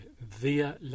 Via